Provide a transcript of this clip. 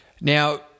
now